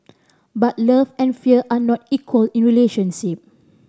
but love and fear are not equal in a relationship